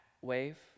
wave